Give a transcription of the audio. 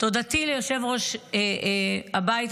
תודתי ליושב-ראש הבית,